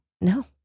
No